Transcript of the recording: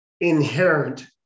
inherent